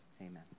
Amen